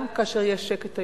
גם כאשר יש שקט היום,